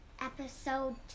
episode